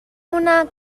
una